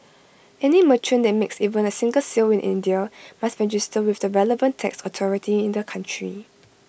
any merchant that makes even A single sale in India must register with the relevant tax authority in the country